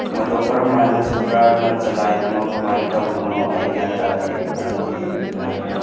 ꯃꯇꯧ ꯀꯔꯝ ꯍꯥꯏꯅ ꯁꯔꯀꯥꯔꯅ ꯆꯂꯥꯏꯔꯤꯅꯣ ꯀꯃꯥꯏꯅ ꯇꯧꯔꯤꯅꯣ ꯑꯩ ꯒ꯭ꯌꯥꯟ ꯇꯥꯗꯦ ꯃꯔꯝꯗꯤ